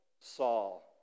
Saul